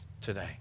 today